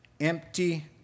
empty